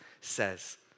says